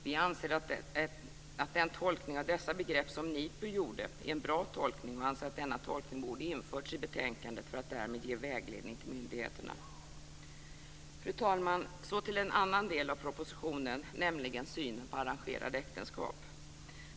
Vi anser att den tolkning av dessa begrepp som NIPU gjorde är en bra tolkning och att denna tolkning borde införts i betänkandet för att därmed ge vägledning till myndigheterna. Fru talman! Så till en annan del av propositionen, nämligen synen på arrangerade äktenskap.